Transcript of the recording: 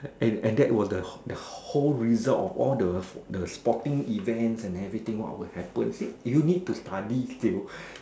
and and that was the the whole result of all the the sporting events and everything what will happen see if you need to study still